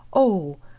oh!